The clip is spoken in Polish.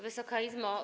Wysoka Izbo!